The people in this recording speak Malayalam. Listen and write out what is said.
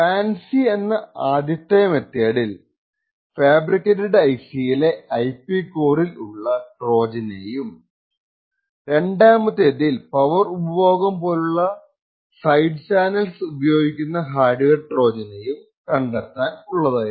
ഫാൻസി എന്ന ആദ്യത്തേത് ഫാബ്രിക്കേറ്റഡ് ഐസിയിലെ ഐപി കോറിൽ ഉള്ള ട്രോജെനേയും രണ്ടാമത്തേത് പവർ ഉപഭോഗം പോലുള്ള സൈഡ് ചാന്നൽസ് ഉപയോഗിക്കുന്ന ഹാർഡ്വെയർ ട്രോജെനേയുംകണ്ടെത്താൻ ഉള്ളതായിരുന്നു